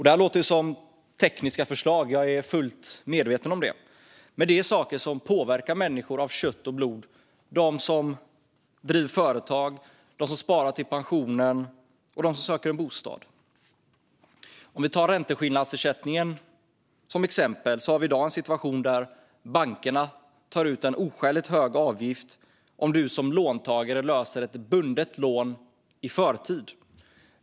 Det här låter som tekniska förslag - jag är fullt medveten om det - men de är saker som påverkar människor av kött och blod, de som driver företag, de som sparar till pensionen och de som söker en bostad. Låt oss titta på ränteskillnadsersättningen som ett exempel. I dag råder en situation där bankerna tar ut en oskäligt hög avgift om du som låntagare löser ett bundet lån i förtid.